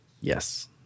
Yes